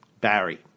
Barry